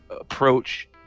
approach